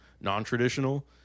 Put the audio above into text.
non-traditional